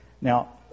Now